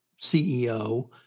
CEO